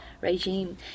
regime